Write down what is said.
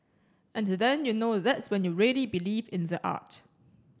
and then you know that's when you really believe in the art